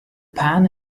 pan